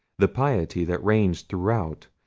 the piety that reigns throughout,